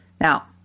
Now